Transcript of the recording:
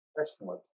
excellent